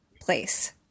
place